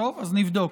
אז נבדוק.